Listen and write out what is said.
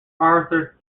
arthur